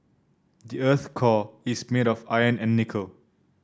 the earth's core is made of iron and nickel